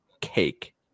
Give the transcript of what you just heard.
cake